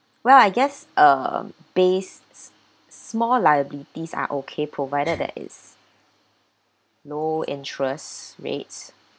well I guess err based s~ small liabilities are okay provided there is low interest rates